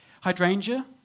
Hydrangea